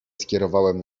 skierowałem